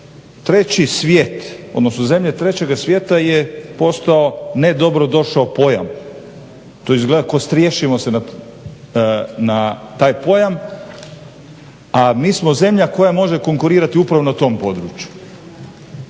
treći svijet, odnosno zemlje trećega svijeta je postao nedobrodošao pojam. To izgleda kostriješimo se na taj pojam, a mi smo zemlja koja može konkurirati upravo na tom području.